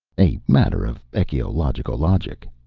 a matter of ecologicologic.